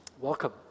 Welcome